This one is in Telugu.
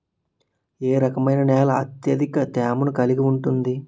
ఏ రకమైన నేల అత్యధిక తేమను కలిగి ఉంటుంది?